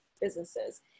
businesses